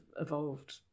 evolved